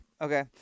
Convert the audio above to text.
Okay